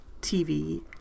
TV